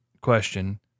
question